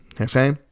okay